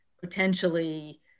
potentially